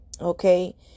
Okay